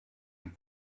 and